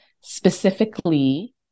specifically